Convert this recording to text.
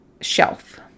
shelf